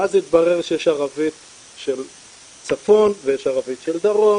ואז התברר שיש ערבית של צפון ויש ערבית של דרום